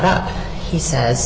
up he says